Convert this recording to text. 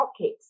cupcakes